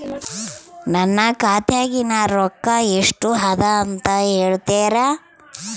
ನನ್ನ ಖಾತೆಯಾಗಿನ ರೊಕ್ಕ ಎಷ್ಟು ಅದಾ ಅಂತಾ ಹೇಳುತ್ತೇರಾ?